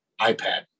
iPad